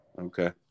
Okay